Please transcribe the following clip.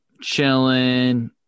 chilling